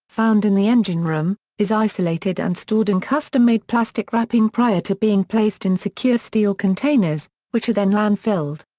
found in the engine room, is isolated and stored in custom-made plastic wrapping prior to being placed in secure steel containers, which are then landfilled.